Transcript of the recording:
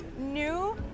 new